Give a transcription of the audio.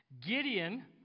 Gideon